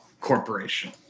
corporation